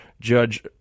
Judge